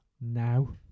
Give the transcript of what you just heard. now